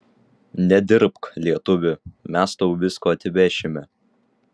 nedirbk lietuvi mes tau visko atvešime